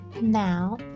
Now